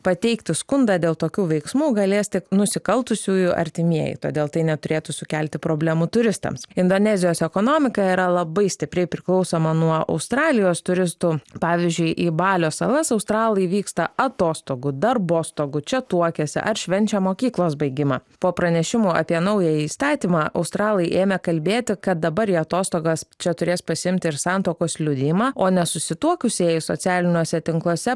pateikti skundą dėl tokių veiksmų galės tik nusikaltusiųjų artimieji todėl tai neturėtų sukelti problemų turistams indonezijos ekonomika yra labai stipriai priklausoma nuo australijos turistų pavyzdžiui į balio salas australai vyksta atostogų darbostogų čia tuokiasi ar švenčia mokyklos baigimą po pranešimų apie naująjį įstatymą australai ėmė kalbėti kad dabar į atostogas čia turės pasiimti ir santuokos liudijimą o nesusituokusieji socialiniuose tinkluose